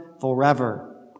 forever